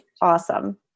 awesome